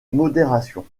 modération